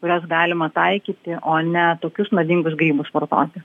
kurias galima taikyti o ne tokius nuodingus grybus vartoti